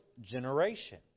generation